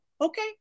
okay